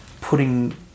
putting